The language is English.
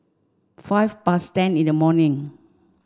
five past ten in the morning